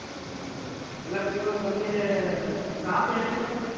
ಸರಿ ಸರಿ ಸರ್ ಎಲ್ಲ ಕ್ಯೂ ಅಲ್ಲಿ ಸ್ಟಾಫ್ ಹೇಗೆ ಸರ್ ಅಲ್ಲಿ